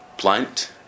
blunt